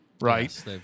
right